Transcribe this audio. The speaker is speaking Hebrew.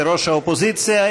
לראש האופוזיציה,